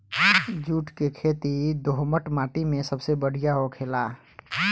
जुट के खेती दोहमट माटी मे सबसे बढ़िया होखेला